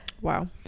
wow